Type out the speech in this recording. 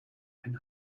ein